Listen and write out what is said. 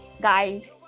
guys